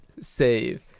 Save